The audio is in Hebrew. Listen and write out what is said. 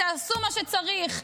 תעשו מה שצריך.